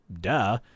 Duh